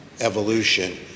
evolution